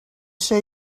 say